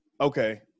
Okay